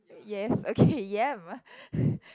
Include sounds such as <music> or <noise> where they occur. yes okay yam uh <laughs>